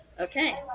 Okay